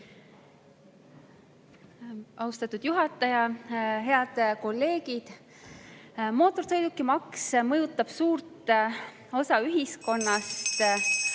Austatud juhataja! Head kolleegid! Mootorsõidukimaks mõjutab suurt osa ühiskonnast,